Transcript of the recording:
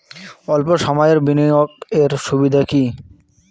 অল্প সময়ের বিনিয়োগ এর সুবিধা কি?